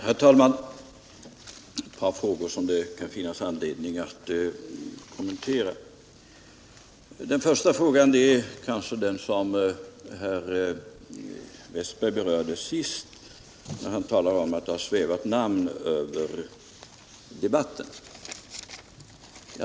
Herr talman! Jag skall ta upp ett par frågor som det kan finnas anledning att kommentera. Den första frågan är den som herr Wästberg i Stockholm berörde sist, när han talade om att det svävar namn över debatten.